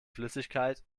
flüssigkeit